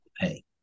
pay